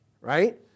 right